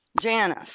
Janice